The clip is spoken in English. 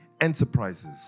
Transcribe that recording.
enterprises